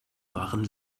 waren